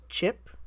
Chip